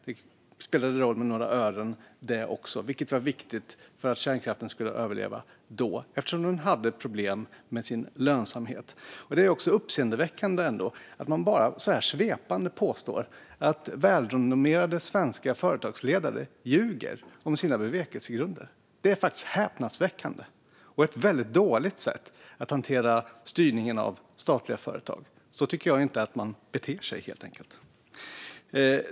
Det blev också några ören, vilket var viktigt för att kärnkraften skulle överleva då, eftersom den hade problem med sin lönsamhet. Det är uppseendeväckande att man svepande påstår att välrenommerade svenska företagsledare ljuger om sina bevekelsegrunder. Detta är faktiskt häpnadsväckande och ett dåligt sätt att hantera styrningen av statliga företag. Så tycker jag inte att man beter sig, helt enkelt.